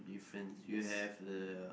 fence you have the